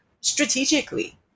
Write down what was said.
strategically